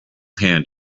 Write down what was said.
hand